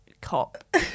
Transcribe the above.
cop